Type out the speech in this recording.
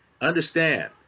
Understand